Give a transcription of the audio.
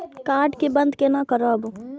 Card के बन्द केना करब?